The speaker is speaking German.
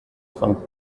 von